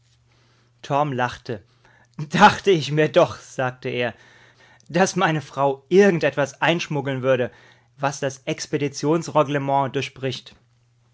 lachte dachte ich mir doch sagte er daß meine frau irgend etwas einschmuggeln würde was das expeditionsreglement durchbricht